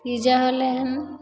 pizza होलै हन